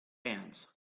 ants